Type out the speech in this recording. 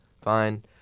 fine